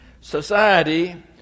Society